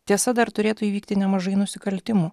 tiesa dar turėtų įvykti nemažai nusikaltimų